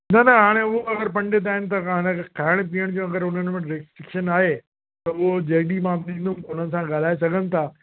न न हाणे उहो अगरि पंडित आहिनि तव्हां उन्हनि खे खाइण पीअण जो अगरि उन्हनि वटि किचन आहे त उहो जंहिं ॾींहुं मां ॾींदुमि उन्हनि सां ॻाल्हाए सघनि था